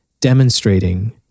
demonstrating